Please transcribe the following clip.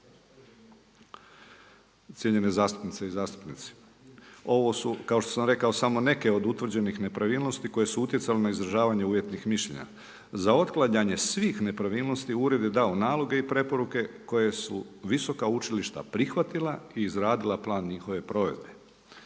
Cijenjene zastupnice i zastupnici, ovo su kao što sam rekao samo neke od utvrđenih nepravilnosti koje su utjecale na izražavanje uvjetnih mišljenja. Za otklanjanje svih nepravilnosti ured je dao naloge i preporuke koje su visoka učilišta prihvatila i izradila plan njihove provedbe.